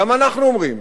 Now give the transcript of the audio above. גם אנחנו אומרים,